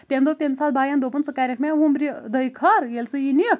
تٔمۍ دوٚپ تمہِ ساتہٕ باین دوٚپُن ژٕ کرکھ مےٚ وُمبرِ دعۍ خٲر ییٚلہِ ژٕ یہِ نِکھ